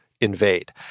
invade